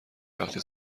وقتی